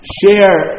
share